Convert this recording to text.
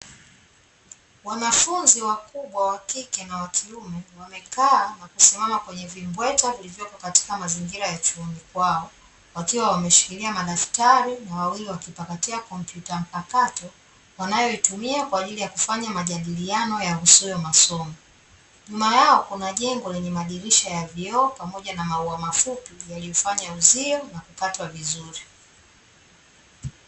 Wanafunzi wakubwa wa kike na wa kiume wamekaa na kusimama kwenye vimbweta vilivyopo katika mazingira ya chuoni kwao, wakiwa wameshikilia madaftari na wawili wakipakatia kompyuta mpakato wanayoitumia kwa ajili ya kufanya majadiliano yahusuyo masomo, nyuma yao kuna jengo lenye madirisha ya vioo pamoja na maua mafupi yaliyofanya uzio na kukatwa vizuri.